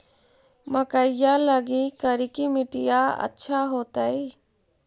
मकईया लगी करिकी मिट्टियां अच्छा होतई